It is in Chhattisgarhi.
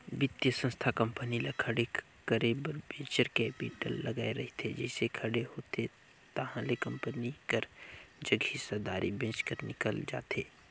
बित्तीय संस्था कंपनी ल खड़े करे बर वेंचर कैपिटल लगाए रहिथे जइसे खड़े होथे ताहले कंपनी कर जग हिस्सादारी बेंच कर निकल जाथे